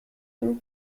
and